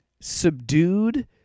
subdued